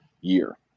year